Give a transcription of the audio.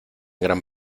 gran